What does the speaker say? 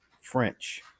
French